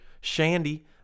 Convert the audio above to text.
Shandy